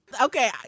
Okay